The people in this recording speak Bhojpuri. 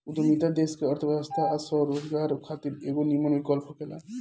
उद्यमिता देश के अर्थव्यवस्था आ स्वरोजगार खातिर एगो निमन विकल्प होखेला